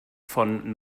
von